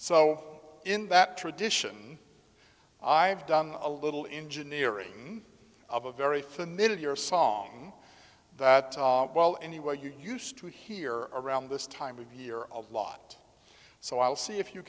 so in that tradition i've done a little engine earring of a very familiar song that well anyway you used to hear around this time of year a lot so i'll see if you